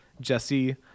Jesse